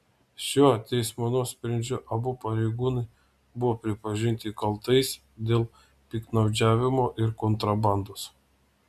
šiuo teismo nuosprendžiu abu pareigūnai buvo pripažinti kaltais dėl piktnaudžiavimo ir kontrabandos